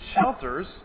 shelters